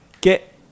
get